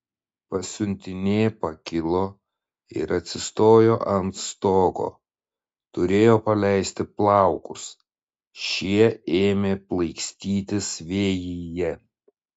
pasiuntinė pakilo ir atsistojo ant stogo turėjo paleisti plaukus šie ėmė plaikstytis vėjyje